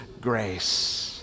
grace